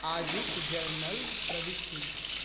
आजुक जर्नल प्रविष्टि